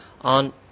on